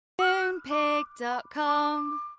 Moonpig.com